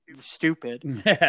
stupid